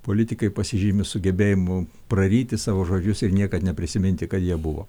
politikai pasižymi sugebėjimu praryti savo žodžius ir niekad neprisiminti kad jie buvo